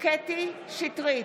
קטי קטרין שטרית,